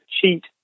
cheat